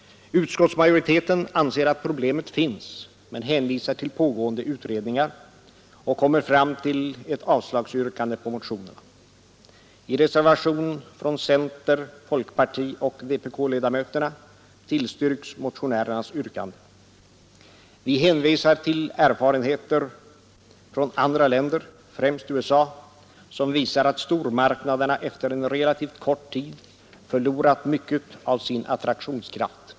Majoriteten av utskottets ledamöter anser att problemet finns, men hänvisar till pågående utredningar och kommer fram till ett avslagsyrkande på motionerna. I reservation från center-, folkpartioch vpk-ledamöterna understryks motionärernas yrkande. Vi hänvisar till erfarenheter från andra länder främst USA, som visar att stormarknaderna efter en relativt kort tid förlorat mycket av sin attraktionskraft.